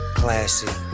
classy